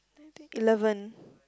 eleven